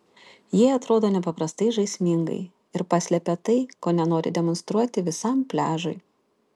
jie atrodo nepaprastai žaismingai ir paslepia tai ko nenori demonstruoti visam pliažui